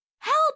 help